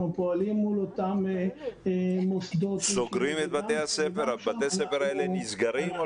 אנחנו פועלים מול אותם מוסדות --- בתי הספר האלה נסגרים?